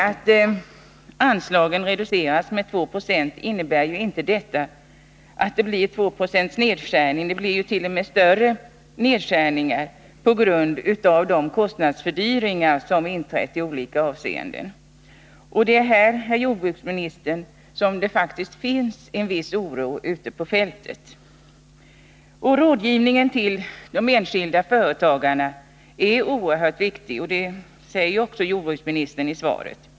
Att anslagen reduceras med 290 innebär ju inte att det blir en nedskärning med exakt 2 96, utan nedskärningarna blir t.o.m. större på grund av de kostnadsfördyringar som inträffat i olika avseenden. Det är, herr jordbruksminister, här som det faktiskt finns en viss oro ute på fältet. Rådgivningen till de enskilda företagarna är oerhört viktig — det säger också jordbruksministern i svaret.